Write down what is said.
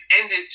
ended